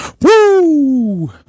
Woo